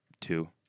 two